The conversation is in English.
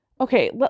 Okay